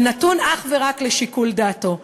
ונתון אך ורק לשיקול דעתו,